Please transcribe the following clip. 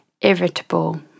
irritable